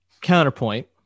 counterpoint